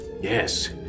Yes